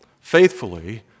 faithfully